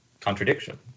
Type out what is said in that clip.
contradiction